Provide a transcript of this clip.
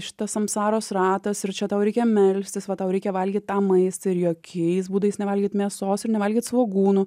šitas samsaros ratas ir čia tau reikia melstis va tau reikia valgyt tą maistą ir jokiais būdais nevalgyti mėsos ir nevalgyt svogūnų